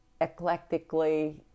eclectically